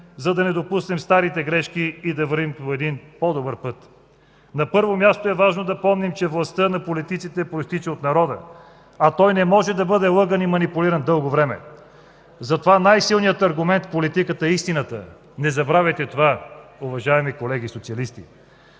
за да не допуснем старите грешки и да вървим по един по-добър път. На първо място е важно да помним, че властта на политиците произтича от народа, а той не може да бъде лъган и манипулиран дълго време. Затова най-силният аргумент в политиката е истината. Не забравяйте това, уважаеми колеги социалисти.